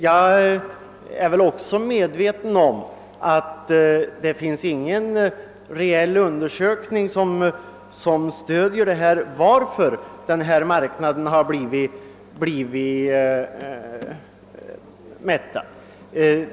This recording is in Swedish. Jag är medveten om att det inte gjorts någon reell undersökning som stöder antagandet att marknaden har blivit mättad.